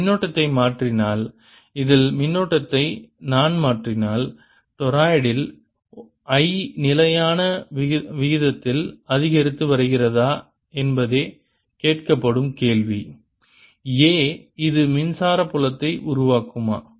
நான் மின்னோட்டத்தை மாற்றினால் இதில் மின்னோட்டத்தை நான் மாற்றினால் டொராய்டில் I நிலையான விகிதத்தில் அதிகரித்து வருகிறதா என்பதே கேட்கப்படும் கேள்வி a இது மின்சார புலத்தை உருவாக்குமா